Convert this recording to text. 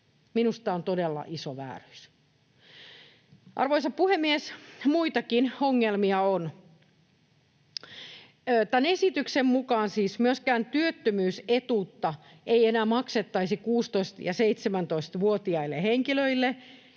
Minusta tämä on todella iso vääryys. Arvoisa puhemies! Muitakin ongelmia on. Tämän esityksen mukaan siis myöskään työttömyysetuutta ei enää maksettaisi 16- ja 17-vuotiaille henkilöille,